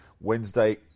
Wednesday